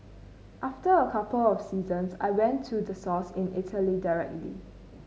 after a couple of seasons I went to the source in Italy directly